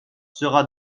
sera